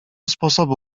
sposobu